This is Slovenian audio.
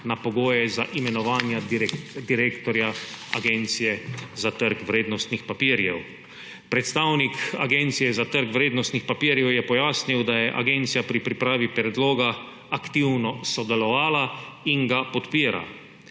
na pogoje za imenovanja direktorja Agencije za trg vrednostnih papirjev. Predstavnik Agencije za trg vrednostnih papirjev je pojasnil, da je agencija pri pripravi predloga aktivno sodelovala in ga podpira.